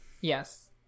Yes